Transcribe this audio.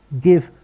give